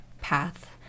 path